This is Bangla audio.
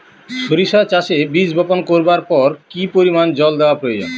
সরিষা চাষে বীজ বপন করবার পর কি পরিমাণ জল দেওয়া প্রয়োজন?